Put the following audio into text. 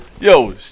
Yo